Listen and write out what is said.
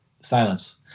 Silence